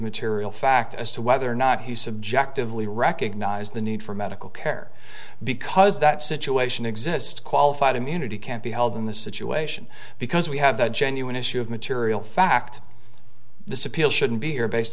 material fact as to whether or not he subjectively recognized the need for medical care because that situation exists qualified immunity can't be held in this situation because we have the genuine issue of material fact this appeal shouldn't be here based